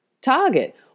target